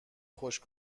خوش